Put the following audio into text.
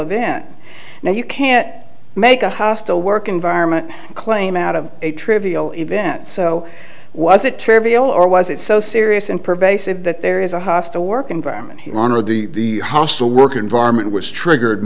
event now you can't make a hostile work environment claim out of a trivial event so was it trivial or was it so serious and pervasive that there is a hostile work environment here on earth the hostile work environment was triggered